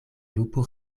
lupo